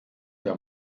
der